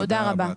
תודה רבה.